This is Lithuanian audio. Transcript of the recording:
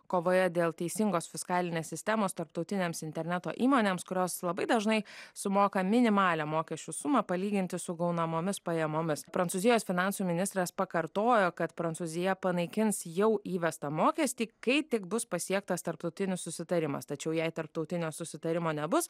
kovoje dėl teisingos fiskalinės sistemos tarptautinėms interneto įmonėms kurios labai dažnai sumoka minimalią mokesčių sumą palyginti su gaunamomis pajamomis prancūzijos finansų ministras pakartojo kad prancūzija panaikins jau įvestą mokestį kai tik bus pasiektas tarptautinis susitarimas tačiau jei tarptautinio susitarimo nebus